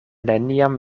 neniam